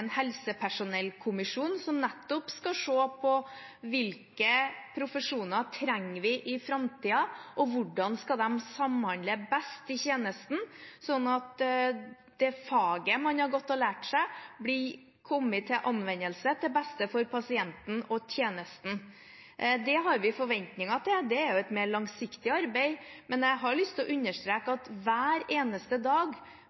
en helsepersonellkommisjon som nettopp skal se på hvilke profesjoner vi trenger i framtiden, og hvordan de skal samhandle best i tjenesten, sånn at det faget man har gått og lært seg, vil komme til anvendelse til beste for pasienten og tjenesten. Det har vi forventninger til, men det er et mer langsiktig arbeid. Jeg har lyst til å understreke at hver eneste dag,